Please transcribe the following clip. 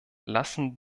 lassen